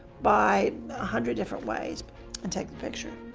by a hundred different ways and take the picture.